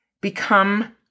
become